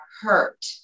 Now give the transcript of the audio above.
hurt